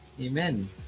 Amen